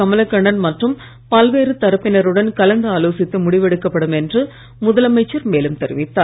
கமலக்கண்ணன் மற்றும் பல்வேறு தரப்பினருடன் கலந்து ஆலோசித்து முடிவெடுக்கப்படும் என்று முதலமைச்சர் மேலும் தெரிவித்தார்